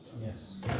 Yes